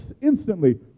instantly